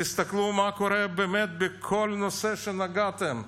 תסתכלו מה קורה באמת בכל נושא שנגעתם.